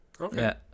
Okay